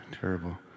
terrible